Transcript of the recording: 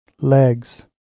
legs